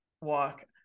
walk